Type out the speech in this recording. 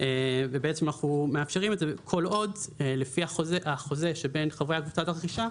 ובעצם אנחנו מאפשרים את זה כל עוד לפי החוזה שבין חברי קבוצת הרכישה,